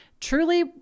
truly